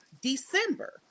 December